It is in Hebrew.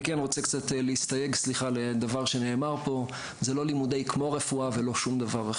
אני רוצה להסתייג ממה שנאמר פה: זה לא לימודי "כמו רפואה" ולא שום דבר.